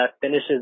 finishes